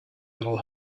little